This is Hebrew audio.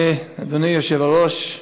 אדוני היושב-ראש,